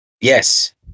Yes